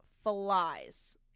flies